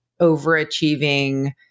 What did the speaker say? overachieving